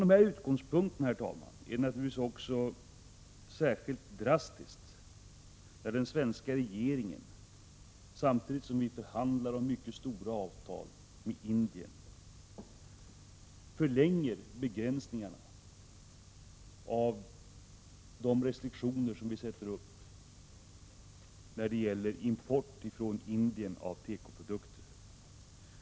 Från denna utgångspunkt är det naturligtvis särskilt drastiskt när den svenska regeringen, samtidigt som vi förhandlar om mycket stora avtal med Indien, förlänger begränsningarna när det gäller import från Indien av tekoprodukter.